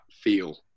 feel